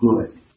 good